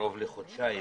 קרוב לחודשיים